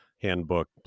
handbook